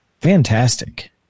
fantastic